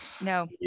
No